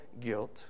guilt